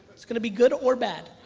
it's gonna be good or bad.